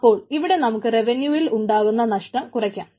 അപ്പോൾ ഇവിടെ നമുക്ക് റവന്യൂവിൽ ഉണ്ടാകുന്ന നഷ്ടം കുറയ്ക്കാം